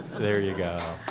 there you go.